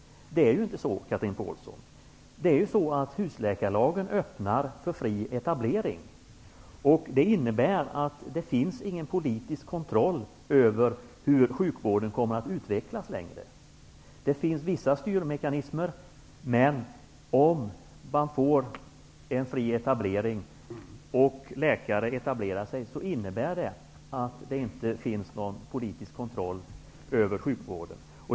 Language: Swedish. Det är inte så, Chatrine Pålsson. Husläkarlagen öppnar för fri etablering. Det innebär att det inte längre finns någon politisk kontroll över hur sjukvården kommer att utvecklas. Det finns vissa styrmekanismer. Men om man får en fri etablering av läkare innebär det att det inte finns någon politisk kontroll över sjukvården.